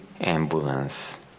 ambulance